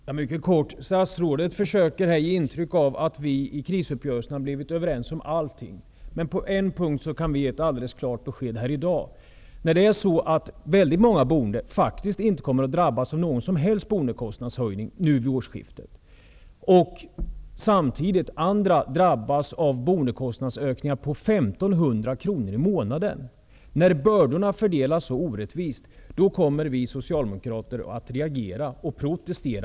Herr talman! Helt kort. Statsrådet försöker här ge ett intryck av att vi i krisuppgörelserna har blivit överens om allting. På en punkt kan vi emellertid ge ett alldeles klart besked här i dag. Väldigt många boende kommer faktiskt inte att drabbas av någon som helst boendekostnadshöjning vid årsskiftet. Men samtidigt drabbas andra av boendekostnadsökningar om 1 500 kr i månaden. När bördorna fördelas så orättvist kommer vi socialdemokrater att reagera och protestera.